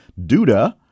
Duda